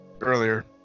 earlier